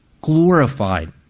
glorified